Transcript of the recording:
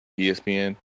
ESPN